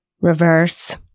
reverse